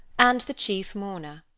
and the chief mourner.